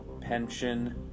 pension